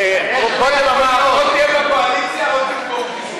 הוא קודם אמר: או שתהיה בקואליציה או שתפרוש,